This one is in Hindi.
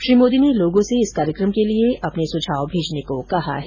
श्री मोदी ने लोगों से इस कार्यक्रम के लिए अपने विचार मेजने को कहा है